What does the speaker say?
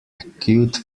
acute